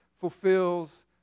fulfills